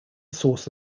source